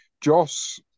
Joss